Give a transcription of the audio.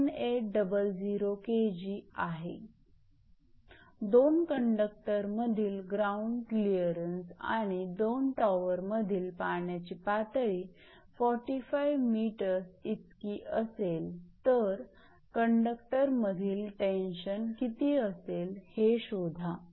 2 कंडक्टरमधील ground clearance आणि दोन टॉवरमधील पाण्याची पातळी 45 𝑚 इतकी असेल तर कंडक्टरमधील टेंशन किती असेल हे शोधा